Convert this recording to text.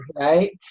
Right